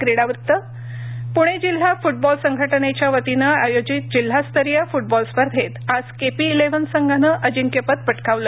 क्रीडा वृत्त पुणे जिल्हा फुटबॉल संघटनेच्यावतीनं आयोजित जिल्हास्तरीय फुटबॉल स्पर्धेत आज केपी क्रिव्हन संघानं अजिंक्यपद पटकावलं